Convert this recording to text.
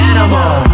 Animal